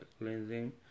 cleansing